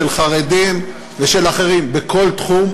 של חרדים ושל אחרים בכל תחום,